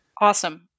Awesome